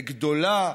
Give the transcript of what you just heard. גדולה,